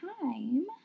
time